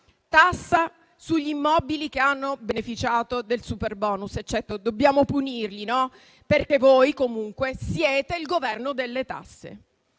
tassa sugli immobili che hanno beneficiato del superbonus. Certo, dobbiamo punirli. Voi comunque siete il Governo delle tasse.